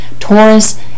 Taurus